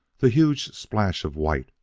the huge splash of white,